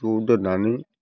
ज' दोननानै